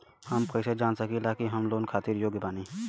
हम कईसे जान सकिला कि हम लोन खातिर योग्य बानी?